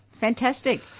Fantastic